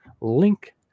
link